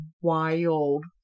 Wild